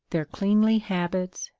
their cleanly habits,